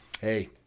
hey